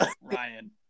Ryan